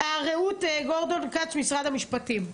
רעות גורדון כץ ממשרד המשפטים,